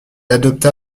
adopta